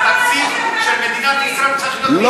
אז התקציב של מדינת ישראל צריך להיות פי-חמישה.